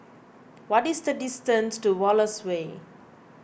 what is the distance to Wallace Way